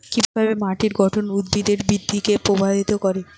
কিভাবে মাটির গঠন উদ্ভিদের বৃদ্ধিকে প্রভাবিত করে?